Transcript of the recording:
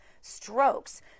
strokes